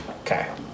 Okay